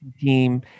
team